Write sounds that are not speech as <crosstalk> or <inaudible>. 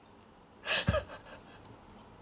<laughs>